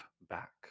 back